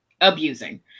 abusing